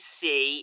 see